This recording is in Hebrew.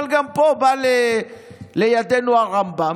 אבל גם פה בא לידינו הרמב"ם.